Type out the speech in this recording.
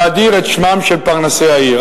להאדיר את שמם של פרנסי העיר.